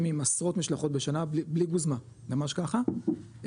עם עשרות משלחות בשנה בלי גוזמה ממש ככה,